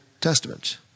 Testament